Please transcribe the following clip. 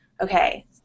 okay